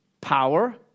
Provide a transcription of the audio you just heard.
power